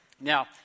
Now